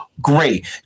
great